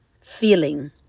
feeling